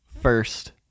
first